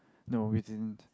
no we didn't